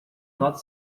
nota